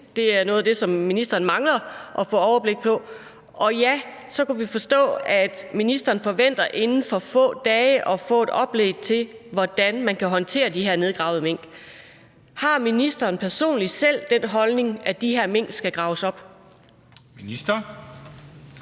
Det er noget af det, som ministeren mangler at få overblik over. Og ja, så kunne vi forstå, at ministeren inden for få dage forventer at få et oplæg til, hvordan man kan håndtere de her nedgravede mink. Har ministeren personligt selv den holdning, at de her mink skal graves op? Kl.